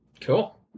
cool